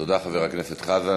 תודה, חבר הכנסת חזן.